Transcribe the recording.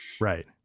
Right